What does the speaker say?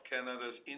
Canada's